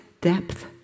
depth